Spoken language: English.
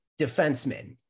defenseman